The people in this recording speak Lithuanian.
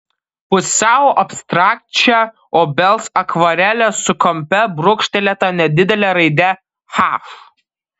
pusiau abstrakčią obels akvarelę su kampe brūkštelėta nedidele raide h